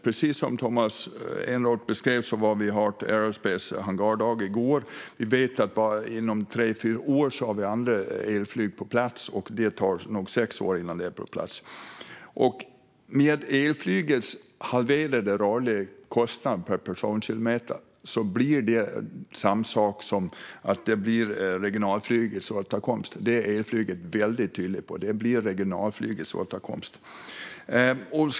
Precis som Tomas Eneroth beskrev besökte vi Heart Aerospaces hangardag i går. Vi vet att inom tre fyra år finns andra elflyg på plats, och det tar nog sex år innan dessa är på plats. Med en halverad rörlig kostnad per personkilometer för elflyget blir detta regionalflygets återkomst. Det blir tydligt för elflyget; regionalflygets återkomst.